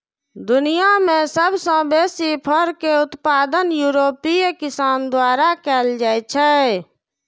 दुनिया मे सबसं बेसी फर के उत्पादन यूरोपीय किसान द्वारा कैल जाइ छै